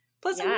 Plus